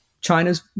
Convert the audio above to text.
China's